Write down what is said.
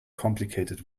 complicated